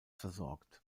versorgt